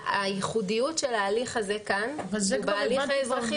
הייחודיות של ההליך הזה כאן הוא בהליך האזרחי,